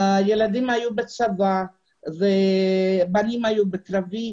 הילדים היו בצבא, הבנים שירתו בקרבי,